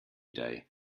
day